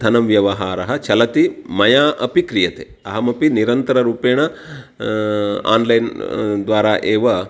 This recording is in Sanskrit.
धनव्यवहारः चलति मया अपि क्रियते अहमपि निरन्तररूपेण ओन्लैन् द्वारा एव